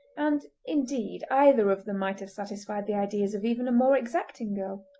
and, indeed, either of them might have satisfied the ideas of even a more exacting girl.